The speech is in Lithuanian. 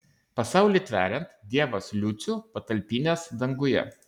pasaulį tveriant dievas liucių patalpinęs danguje